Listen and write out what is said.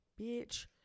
bitch